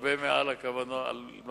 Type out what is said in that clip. הרבה מעל מה שמותר.